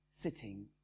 sitting